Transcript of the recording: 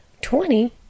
Twenty